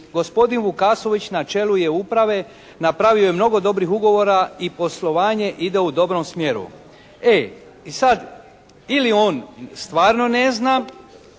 Gospodin Vukašović na čelu je uprave napravio je mnogo dobrih ugovora i poslovanje ide u dobrom smjeru.". I sad, ili on stvarno ne zna